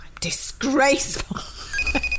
disgraceful